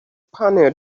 panel